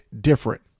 different